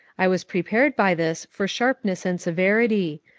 i was prepared by this for sharpness and severity,